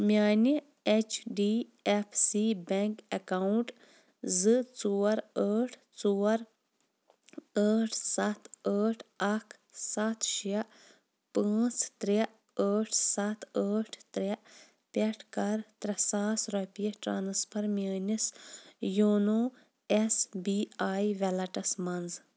میٛانہِ H D F C bank account زٕ ژور ٲٹھ ژور ٲٹھ سَتھ ٲٹھ اَکھ سَتھ شےٚ پٲنٛژھ ترٛےٚ ٲٹھ سَتھ ٲٹھ ترٛےٚ پٮ۪ٹھ کَر ترٛےٚ ساس رۄپیہِ ٹرٛانٕسفَر میٛٲنِس YONO S B I ویلیٹَس منٛز